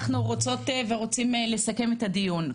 אנחנו רוצות ורוצים לסכם את הדיון.